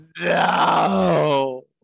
no